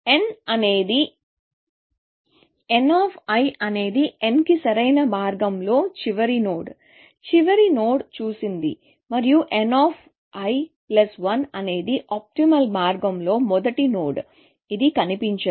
n అనేది nకి సరైన మార్గంలో చివరి నోడ్ చివరి నోడ్ చూసింది మరియు n1 అనేది ఆప్టిమల్ మార్గంలో మొదటి నోడ్ ఇది కనిపించదు